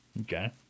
Okay